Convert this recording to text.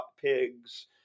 pig's